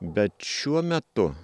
bet šiuo metu